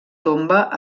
tomba